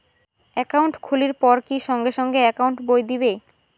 Account খুলির পর কি সঙ্গে সঙ্গে একাউন্ট বই দিবে?